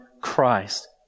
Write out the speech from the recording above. Christ